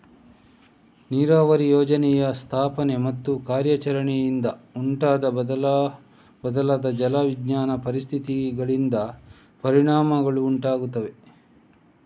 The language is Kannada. ನೀರಾವರಿ ಯೋಜನೆಯ ಸ್ಥಾಪನೆ ಮತ್ತು ಕಾರ್ಯಾಚರಣೆಯಿಂದ ಉಂಟಾದ ಬದಲಾದ ಜಲ ವಿಜ್ಞಾನದ ಪರಿಸ್ಥಿತಿಗಳಿಂದ ಪರಿಣಾಮಗಳು ಉಂಟಾಗುತ್ತವೆ